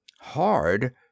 Hard